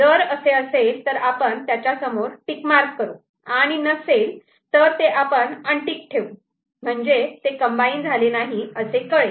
जर असे असेल तर आपण त्याच्यासमोर टिक मार्क करू आणि नसेल तर ते आपण अनटिक ठेवू म्हणजे ते कम्बाईन झाले नाही असे कळेल